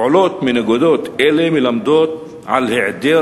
פעולות מנוגדות אלה מלמדות על היעדר